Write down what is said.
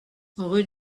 rue